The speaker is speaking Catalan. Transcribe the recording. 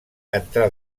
entrà